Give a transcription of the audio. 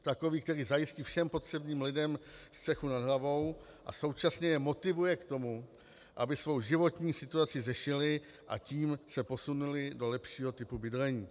Takový, který zajistí všem potřebným lidem střechu nad hlavou a současně je motivuje k tomu, aby svoji životní situaci řešili, a tím se posunuli do lepšího typu bydlení.